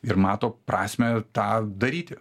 ir mato prasmę tą daryti